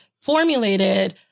formulated